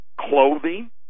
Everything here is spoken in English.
Clothing